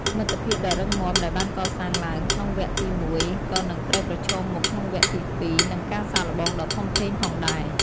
មិត្តភាពដ៏រឹងមាំដែលបានកសាងឡើងក្នុងវគ្គទី១ ក៏នឹងត្រូវប្រឈមមុខក្នុងវគ្គទី២នឹង ការសាកល្បងដ៏ធំធេងផងដែរ។